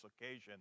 occasion